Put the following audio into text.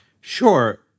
Sure